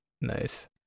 nice